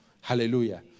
Hallelujah